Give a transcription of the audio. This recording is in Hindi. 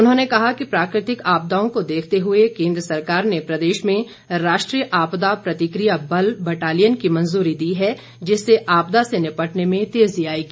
उन्होंने कहा कि प्राकृतिक आपदाओं को देखते हुए केन्द्र सरकार ने प्रदेश में राष्ट्रीय आपदा प्रतिकिया बल बटालियन की मंजूरी दी है जिससे आपदा से निपटने में तेजी आएगी